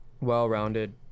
well-rounded